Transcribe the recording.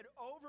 over